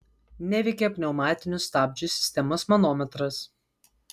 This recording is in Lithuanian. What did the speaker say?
neveikia pneumatinių stabdžių sistemos manometras